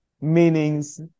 meanings